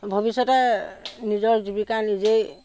ভৱিষ্যতে নিজৰ জীৱিকা নিজেই